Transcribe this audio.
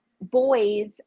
boys